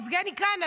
יבגני כאן,